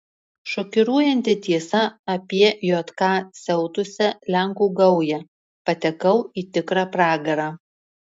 šokiruojanti tiesa apie jk siautusią lenkų gaują patekau į tikrą pragarą